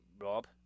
Rob